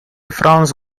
france